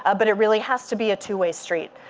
ah but it really has to be a two-way street.